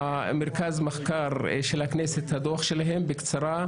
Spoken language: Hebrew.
מרכז המחקר של הכנסת יציגו את הדוח שלהם בקצרה.